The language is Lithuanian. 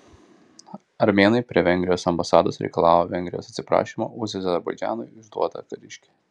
armėnai prie vengrijos ambasados reikalavo vengrijos atsiprašymo už azerbaidžanui išduotą kariškį